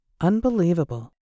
Unbelievable